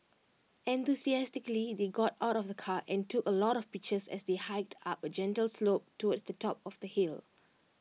enthusiastically they got out of the car and took A lot of pictures as they hiked up A gentle slope towards the top of the hill